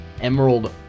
Emerald